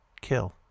kill